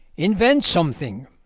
invent something.